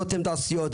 "רותם תעשיות",